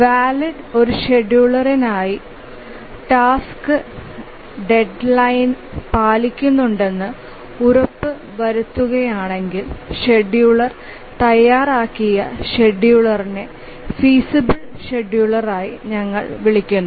valid ഒരു ഷെഡ്യൂളിനായി task deadline പാലിക്കുന്നുണ്ടെന്ന് ഉറപ്പുവരുത്തുകയാണെങ്കിൽ ഷെഡ്യൂളർ തയ്യാറാക്കിയ ഷെഡ്യൂളിനെ ഫീസബൽ ഷെഡ്യൂളറായി ഞങ്ങൾ വിളിക്കുന്നു